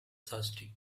thirsty